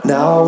Now